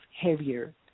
heavier